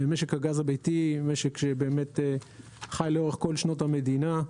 משק הגז הביתי הוא משק שחי לאורך כל שנות המדינה,